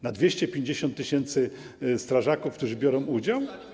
Na 250 tys. strażaków, którzy biorą udział?